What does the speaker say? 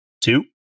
two